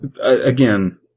again